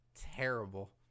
terrible